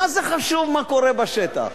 מה זה חשוב מה קורה בשטח.